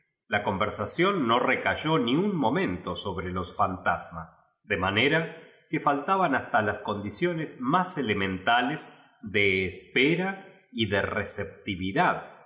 la con versación no recayó iii un momento sobre jos ian lasmn de manera que faltaban hasta fas condicionas más hementa les de espera y de